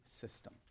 system